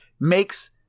makes –